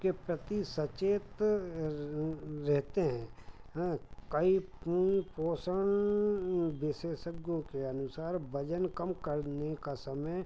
के प्रति सचेत रहते हैं हाँ कई पोषण विशेषज्ञों के अनुसार वज़न कम करने का समय